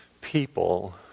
People